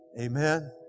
Amen